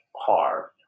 Hard